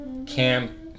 Cam